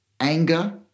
Anger